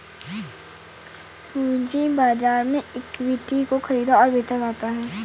पूंजी बाजार में इक्विटी को ख़रीदा और बेचा जाता है